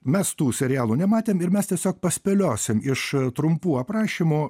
mes tų serialų nematėm ir mes tiesiog paspėliosim iš trumpų aprašymų